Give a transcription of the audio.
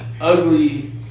Ugly